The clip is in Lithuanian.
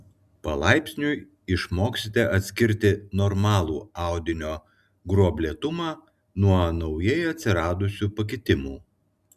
palaipsniui išmoksite atskirti normalų audinio gruoblėtumą nuo naujai atsiradusių pakitimų